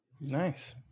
Nice